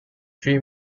three